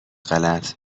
غلط